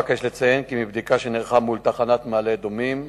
אבקש לציין כי מבדיקה שנערכה מול תחנת מעלה-אדומים